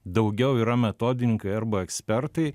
daugiau yra metodininkai arba ekspertai